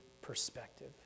perspective